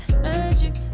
Magic